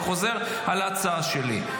וחוזר על ההצעה שלי,